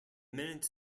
minutes